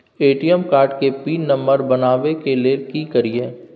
ATM card के pin number बनाबै के लेल की करिए?